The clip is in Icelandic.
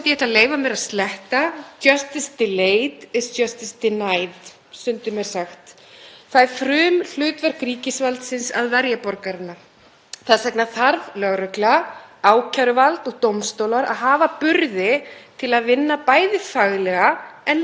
Þess vegna þurfa lögregla, ákæruvald og dómstólar að hafa burði til að vinna bæði faglega og hratt og það er hlutverk hæstv. dómsmálaráðherra að tryggja þessum stofnunum fjármagn og stuðning til að vinna hraðar.